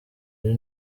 ari